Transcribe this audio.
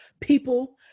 People